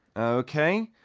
o k,